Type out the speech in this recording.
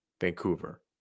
Vancouver